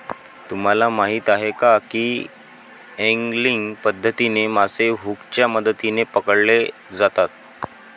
तुम्हाला माहीत आहे का की एंगलिंग पद्धतीने मासे हुकच्या मदतीने पकडले जातात